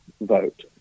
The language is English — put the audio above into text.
vote